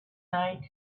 night